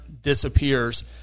disappears